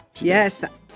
Yes